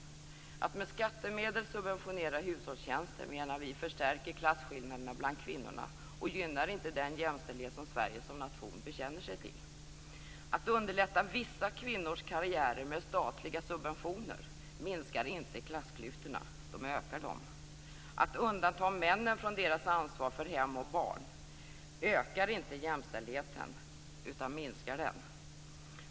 Detta med att med skattemedel subventionera hushållstjänster förstärker, menar vi, klassillnaderna bland kvinnor och gynnar inte den jämställdhet som Sverige som nation bekänner sig till. Att underlätta vissa kvinnors karriärer med statliga subventioner minskar inte klassklyftorna - det ökar dem. Att undanta männen från deras ansvar för hem och barn ökar inte jämställdheten, utan minskar den.